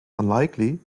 unlikely